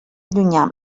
llunyà